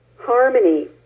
harmony